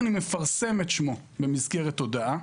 אני מפרסם את שמו במסגרת הודעה,